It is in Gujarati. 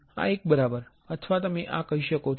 આ એક બરાબર અથવા તમે આ કહી શકો છો